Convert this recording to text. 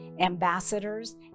ambassadors